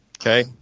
Okay